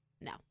No